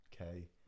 Okay